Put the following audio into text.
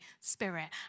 Spirit